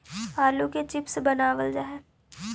आलू के चिप्स बनावल जा हइ